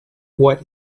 what